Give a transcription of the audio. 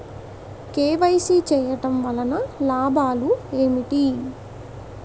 KYC చేయటం వలన లాభాలు ఏమిటి?